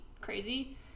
crazy